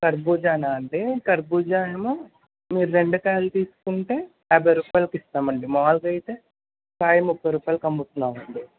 కర్బూజానా అండి కర్బూజా ఏమో మీరు రెండు కాయలు తీసుకుంటే యాభై రూపాయలకిస్తాం అండి మాములుగా అయితే కాయ ముప్పై రూపాయలకి అమ్ముతున్నామం అండి